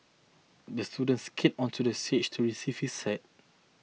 the student skated onto the stage to receive his cer